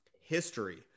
history